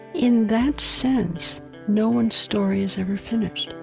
in that sense no one's story is ever finished